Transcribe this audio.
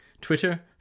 Twitter